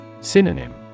Synonym